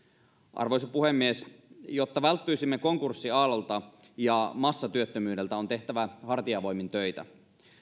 arvoisa puhemies jotta välttyisimme konkurssiaallolta ja massatyöttömyydeltä on tehtävä hartiavoimin töitä